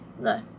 look